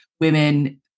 women